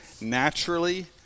naturally